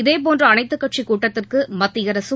இதேபோன்ற அனைத்துக்கட்சிக் கூட்டத்திற்கு மத்திய அரசும்